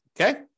Okay